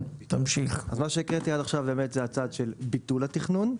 אז מה שהקראתי עד עכשיו זה הצעד של ביטול התכנון,